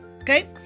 Okay